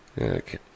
Okay